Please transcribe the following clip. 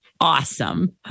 awesome